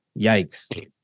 Yikes